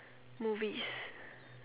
movies